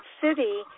City